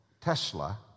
Tesla